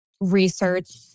research